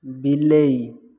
ବିଲେଇ